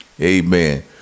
amen